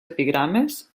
epigrames